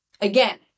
Again